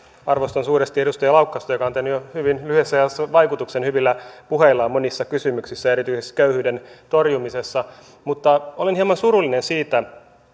arvostan suuresti edustaja laukkasta joka on tehnyt jo hyvin lyhyessä ajassa vaikutuksen hyvillä puheillaan monissa kysymyksissä ja erityisesti köyhyyden torjumisessa olen hieman surullinen siitä